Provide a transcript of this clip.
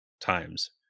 times